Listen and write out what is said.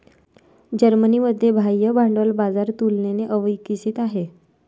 जर्मनीमध्ये बाह्य भांडवल बाजार तुलनेने अविकसित आहे